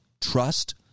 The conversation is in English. trust